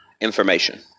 information